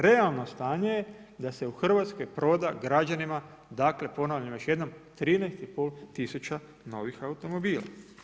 Realno stanje je da se u Hrvatskoj proda građanima dakle, ponavljam još jednom 13,5 tisuća novih automobila.